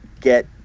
get